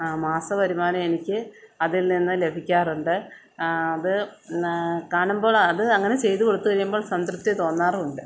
ആ മാസവരുമാനം എനിക്ക് അതിൽ നിന്ന് ലഭിക്കാറുണ്ട് അത് കാണുമ്പോൾ അത് അങ്ങനെ ചെയ്ത് കൊടുത്തുകഴിയുമ്പോൾ സംതൃപ്തി തോന്നാറുമുണ്ട്